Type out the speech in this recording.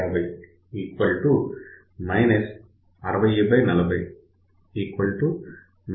5 అని చూశాము